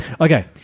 Okay